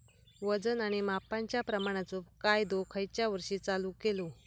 वजन आणि मापांच्या प्रमाणाचो कायदो खयच्या वर्षी चालू केलो?